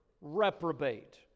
reprobate